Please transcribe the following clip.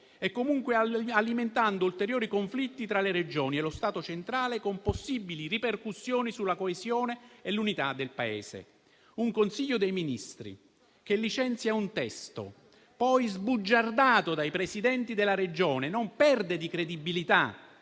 e, comunque, alimentando ulteriori conflitti tra le Regioni e lo Stato centrale, con possibili ripercussioni sulla coesione e l'unità del Paese. Un Consiglio dei ministri che licenzia un testo, poi sbugiardato dai Presidenti della Regione, non perde di credibilità?